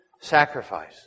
sacrifice